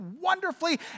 wonderfully